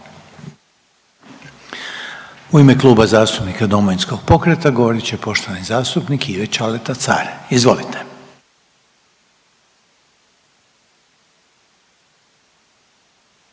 U ime Kluba zastupnika Domovinskog pokreta govorit će uvažena zastupnica Ivana Mujkić. Izvolite.